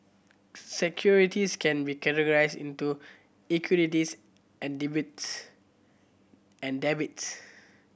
securities can be categorized into equities and debates and debits